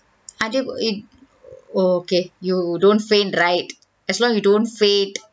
are there it~ okay you don't faint right as long you don't faint